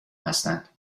هستند